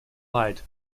light